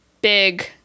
big